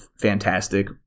fantastic